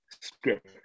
script